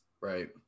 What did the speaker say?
right